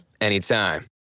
anytime